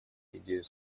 идею